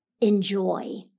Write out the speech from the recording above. enjoy